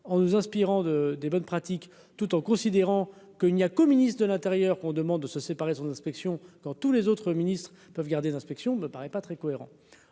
en nous inspirant de des bonnes pratiques, tout en considérant que il n'y a qu'au ministre de l'Intérieur, qu'on demande de se séparer son inspection quand tous les autres ministres peuvent garder l'inspection ne me paraît pas très cohérent,